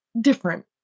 different